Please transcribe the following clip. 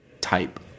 type